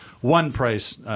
one-price